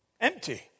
empty